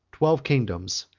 twelve kingdoms,